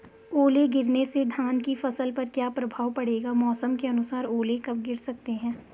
ओले गिरना से धान की फसल पर क्या प्रभाव पड़ेगा मौसम के अनुसार ओले कब गिर सकते हैं?